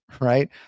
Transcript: right